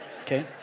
okay